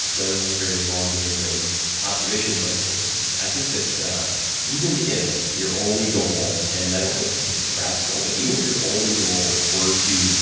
and so this is a very long meandering observation, but i think that even if your only goal and i don't think this is a crass goal, but even if your only goal were to